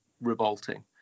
revolting